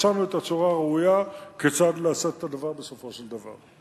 מצאנו את הצורה הראויה כיצד לעשות את הדבר בסופו של דבר.